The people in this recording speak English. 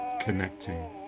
connecting